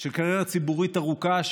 של קריירה ציבורית ארוכה,